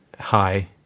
hi